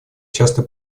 часто